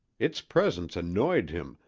its presence annoyed him,